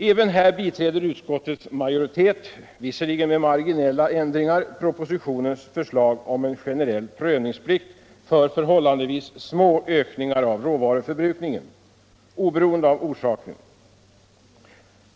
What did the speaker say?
Även här biträder utskottets majoritet, visserligen med marginella ändringar, propositionens förslag om en generell prövningsplikt för förhållandevis små ökningar av råvaruförbrukningen, oberoende av orsaken.